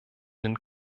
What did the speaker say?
den